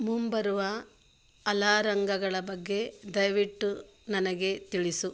ಮುಂಬರುವ ಅಲಾರಂಗಗಳ ಬಗ್ಗೆ ದಯವಿಟ್ಟು ನನಗೆ ತಿಳಿಸು